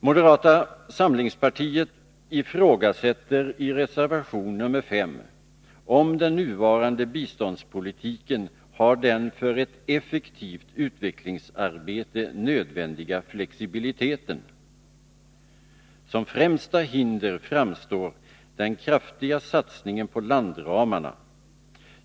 Moderata samlingspartiet ifrågasätter i reservation nr 5 om den nuvarande biståndspolitiken har den för ett effektivt utvecklingssamarbete nödvändiga flexibiliteten. Som främsta hinder framstår den kraftiga satsningen på landramarna.